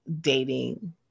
dating